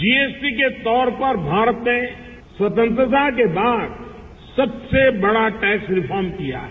जीएसटो के तौर पर भारत ने स्वतंत्रता के बाद सबसे बड़ा टैक्स रिफोम किया है